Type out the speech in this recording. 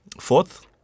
fourth